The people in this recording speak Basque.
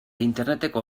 interneteko